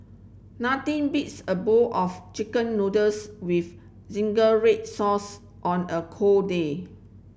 nothing beats a bowl of chicken noodles with zingy red sauce on a cold day